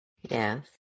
Yes